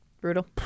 brutal